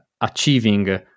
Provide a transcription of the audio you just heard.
achieving